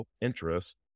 interest